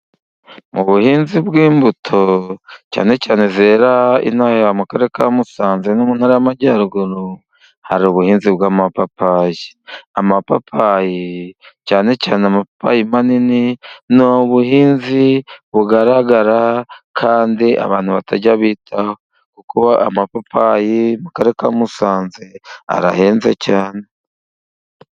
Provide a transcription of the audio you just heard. Mu buhinzi bw'imbuto cyane cyane zera ino aha mu karere ka Musanze, mu Ntara y'Amajyaruguru, hari ubuhinzi bw'amapapayi, amapapayi cyane cyane amapayi manini, ni ubuhinzi bugaragara kandi abantu batajya bitaho, kuko amapapayi mu karere ka Musanze arahenze cyane.